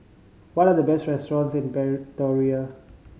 what are the best restaurants in